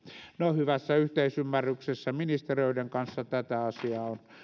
hyvässä yhteisymmärryksessä ministeriöiden kanssa tätä asiaa on